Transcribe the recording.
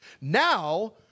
Now